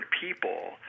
people